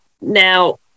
Now